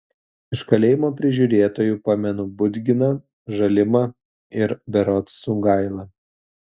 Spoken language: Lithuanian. iš kalėjimo prižiūrėtojų pamenu budginą žalimą ir berods sungailą